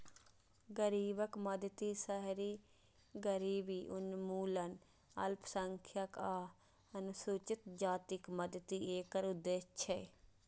गरीबक मदति, शहरी गरीबी उन्मूलन, अल्पसंख्यक आ अनुसूचित जातिक मदति एकर उद्देश्य छै